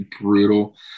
brutal